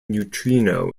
neutrino